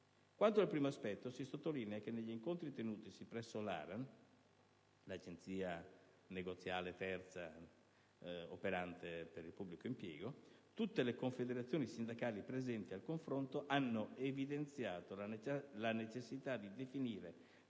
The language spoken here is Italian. Quanto al primo aspetto, si sottolinea che negli incontri tenutisi presso l'ARAN (l'Agenzia negoziale terza operante per il pubblico impiego) tutte le confederazioni sindacali presenti al confronto hanno evidenziato la necessità di definire,